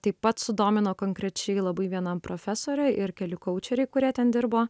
taip pat sudomino konkrečiai labai viena profesorė ir keli koučeriai kurie ten dirbo